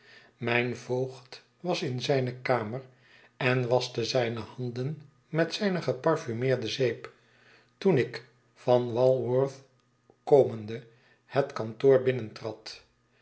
mijn voogd was in zijne kamer en waschte zijne handen met zijne geparfumeerde zeep toen ik van walworth komende het kantoor